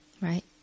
right